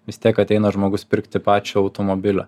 vis tiek ateina žmogus pirkti pačio automobilio